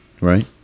Right